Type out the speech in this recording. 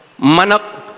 Manak